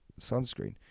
sunscreen